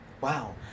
Wow